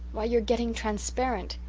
why, you're getting transparent.